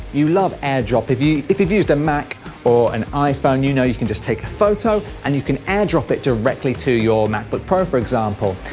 you love airdrop if you if you've used a mac or an iphone you know you can just take a photo and you can airdrop it directly to your macbook pro for example.